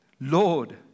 Lord